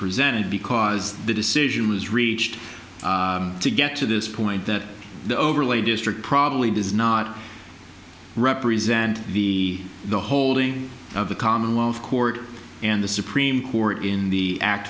present because the decision was reached to get to this point that the overlay district probably does not represent the the holding of the commonwealth court and the supreme court in the act